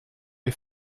est